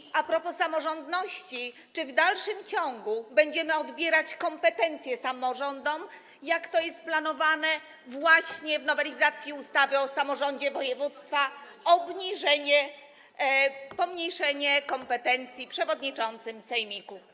I a propos samorządności, czy w dalszym ciągu będziemy odbierać kompetencje samorządom, jak to jest planowane właśnie w nowelizacji ustawy o samorządzie województwa, czyli obniżenie, pomniejszenie zakresu kompetencji przewodniczącym sejmików?